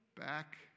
back